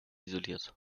isoliert